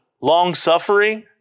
long-suffering